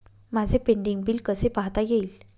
माझे pending bill कसे पाहता येईल?